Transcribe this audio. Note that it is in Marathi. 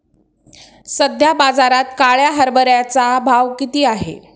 सध्या बाजारात काळ्या हरभऱ्याचा भाव किती आहे?